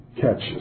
catch